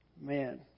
Man